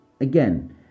Again